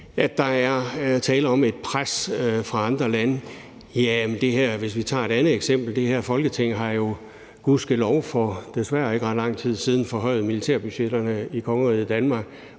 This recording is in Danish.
at der er tale om et pres fra andre lande, må jeg også sige, at hvis vi tager et andet eksempel, har det her Folketing gudskelov for desværre ikke ret lang tid siden forhøjet militærbudgetterne i kongeriget Danmark,